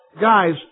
guys